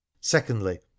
Secondly